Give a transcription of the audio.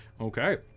Okay